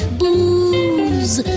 booze